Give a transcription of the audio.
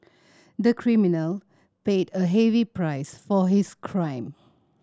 the criminal paid a heavy price for his crime